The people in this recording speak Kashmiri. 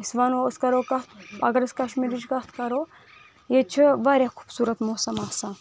أسۍ ونو أسۍ کرو کتھ اگر أسۍ کشمیٖرٕچ کتھ کرو ییٚتہِ چھُ واریاہ خوٗبصوٗرت موسم آسان